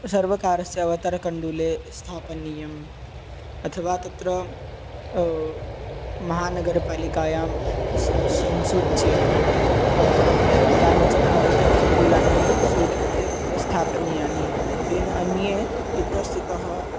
सर्वकारस्य अवतरकण्डुले स्थापनीयम् अथवा तत्र महानगरपालिकायां स संसूच्य कानिचन अवतरकण्डुलानि स्वीकृत्य तत्र स्थापनीयानि येन अन्ये इतस्ततः